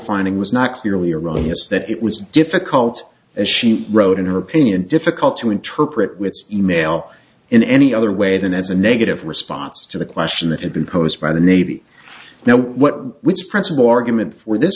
finding was not clearly erroneous that it was difficult as she wrote in her opinion difficult to interpret with e mail in any other way than as a negative response to the question that had been posed by the navy now which principal argument for this